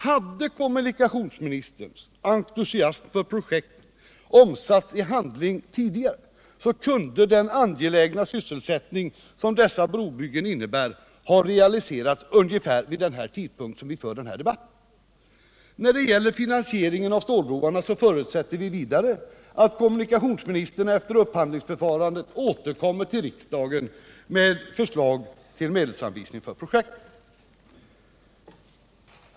Hade kommunikationsministerns entusiasm för projektet omsatts i handling tidigare, kunde den angelägna sysselsättning som dessa brobyggen innebär ha realiserats ungefär vid den tidpunkt när vi för denna debatt. När det gäller finansieringen av stålbroarna förutsätter vi vidare att kommunikationsministern efter upphandlingsförfarandet återkommer till riksdagen med förslag om medelsanvisning för projektet.